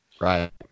Right